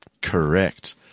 Correct